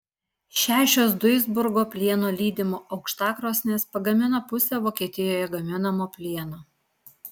šešios duisburgo plieno lydimo aukštakrosnės pagamina pusę vokietijoje gaminamo plieno